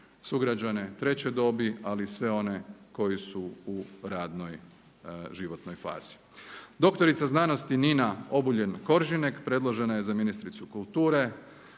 sugrađane treće dobi ali i sve one koji su u radnoj životnoj fazi. Dr. znanosti Nina Obuljen Koržinek predložena je za ministricu kulture.